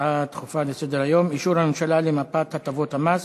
הצעה דחופה לסדר-היום: אישור הממשלה למפת הטבות המס,